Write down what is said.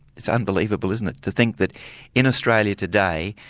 it's unbelievable, isn't it, to think that in australia today,